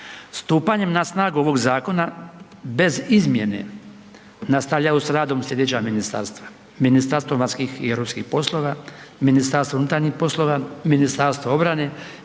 Stupanjem na snagu ovog zakona bez izmjene nastavljaju s radom slijedeća ministarstva: Ministarstvo vanjskih i europskih poslova, MUP, Ministarstvo obrane, Ministarstvo financija,